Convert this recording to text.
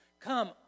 Come